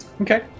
Okay